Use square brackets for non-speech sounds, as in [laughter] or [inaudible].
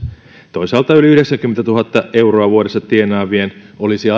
toisaalta yli yhdeksänkymmentätuhatta euroa vuodessa tienaavien olisi [unintelligible]